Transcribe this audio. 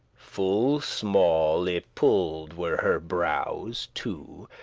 full small y-pulled were her browes two,